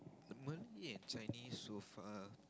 Malay and Chinese so far